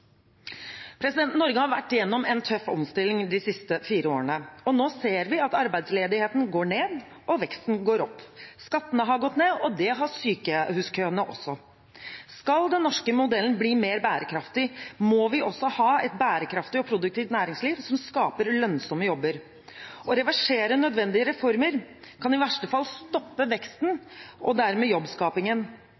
Norge har vært igjennom en tøff omstilling de siste fire årene, og nå ser vi at arbeidsledigheten går ned og veksten går opp. Skattene har gått ned, og det har sykehuskøene også. Skal den norske modellen bli mer bærekraftig, må vi også ha et bærekraftig og produktivt næringsliv som skaper lønnsomme jobber. Å reversere nødvendige reformer kan i verste fall stoppe veksten